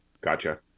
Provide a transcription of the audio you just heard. Gotcha